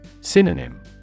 Synonym